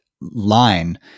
line